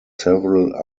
several